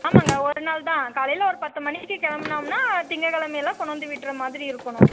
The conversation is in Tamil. ஆமாம்ங்க ஒரு நாள் தான் காலையில் ஒரு பத்து மணிக்கு கிளம்புனோம்னா திங்கக்கிழமையில கொண் வந்து விடுற மாதிரி இருக்கனும்